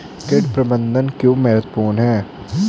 कीट प्रबंधन क्यों महत्वपूर्ण है?